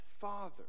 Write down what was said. Father